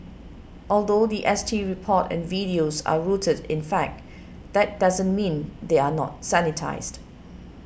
although the S T report and videos are rooted in fact that doesn't mean they are not sanitised